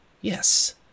yes